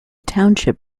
township